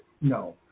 No